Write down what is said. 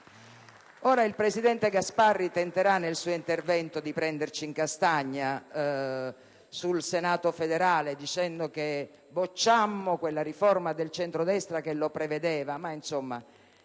Il presidente Gasparri tenterà nel suo intervento di prenderci in castagna sul Senato federale, dicendo che bocciammo quella riforma del centrodestra che lo prevedeva.